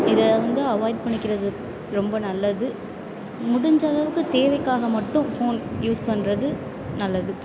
இதை வந்து அவாய்ட் பண்ணிக்கிறது ரொம்ப நல்லது முடிஞ்சதளவுக்கு தேவைக்காக மட்டும் ஃபோன் யூஸ் பண்ணுறது நல்லது